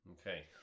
Okay